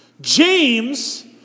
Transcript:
James